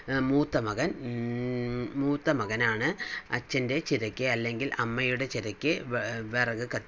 മൂത്തമകൻ മൂത്തമകനാണ് അച്ഛൻ്റെ ചിതക്ക് അല്ലങ്കിൽ അമ്മയുടെ ചിതക്ക് വിറക് കത്ത്